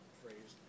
phrase